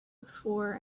before